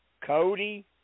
Cody